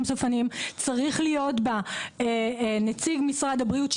סופניים; צריך להיות בה נציג משרד הבריאות,